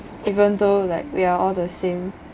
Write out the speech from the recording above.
even though like we're all the same